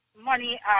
money